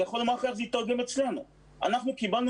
אני יכול לומר לך איך זה היתרגם אצלנו: אנחנו קיבלנו